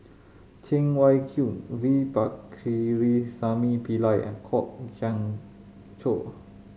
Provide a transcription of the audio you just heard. Cheng Wai Keung V Pakirisamy Pillai and Kwok Kian Chow